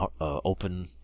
open